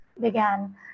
began